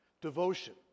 devotion